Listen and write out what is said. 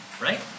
Right